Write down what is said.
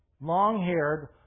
long-haired